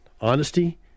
honesty